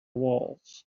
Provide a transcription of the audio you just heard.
walls